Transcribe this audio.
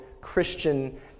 Christian